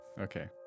Okay